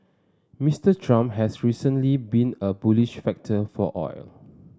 Mister Trump has recently been a bullish factor for oil